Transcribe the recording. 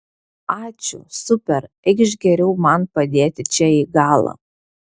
ačiū super eikš geriau man padėti čia į galą